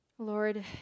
Lord